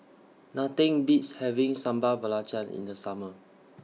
Nothing Beats having Sambal Belacan in The Summer